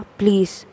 please